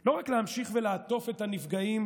לא רק להמשיך ולעטוף את הנפגעים,